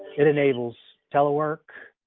it enables telework,